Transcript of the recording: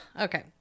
okay